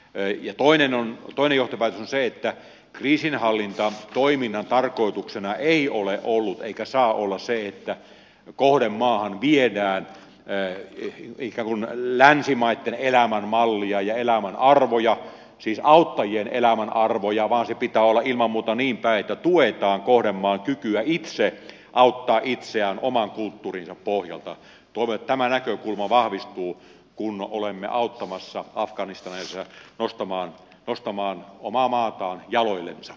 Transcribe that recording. reijo ohinen on puolijohtavat heittää kriisinhallintaa toiminnan tarkoituksena ei ole ollut eikä saa olla se että koko uudenmaan viedään ne jakeluun länsimaitten elämänmallia ja elämänarvoja siis auttajien elämänarvoja vaan se pitää olla ilman muuta niin tai kuljettaa kuuden maan kykyä itse auttaa itseään oman kulttuurinsa pohjalta tule tämä näkökulma vahvistuu kun olemme auttamassa afganistanilaisia nostamaan nostamaan omaa maataan jaloillensa